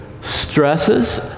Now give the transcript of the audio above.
stresses